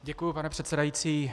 Děkuju, pane předsedající.